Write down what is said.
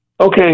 Okay